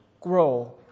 grow